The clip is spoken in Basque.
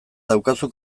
daukazu